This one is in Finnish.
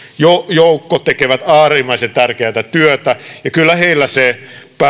joukko tekevät äärimmäisen tärkeätä työtä ja kyllä heillä se